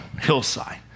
hillside